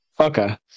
Okay